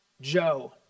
Joe